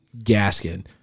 Gaskin